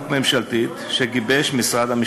התשע"ד 2014. מדובר בהצעת חוק ממשלתית שגיבש משרד המשפטים.